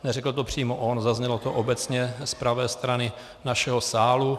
Neřekl to přímo on, zaznělo to obecně z pravé strany našeho sálu.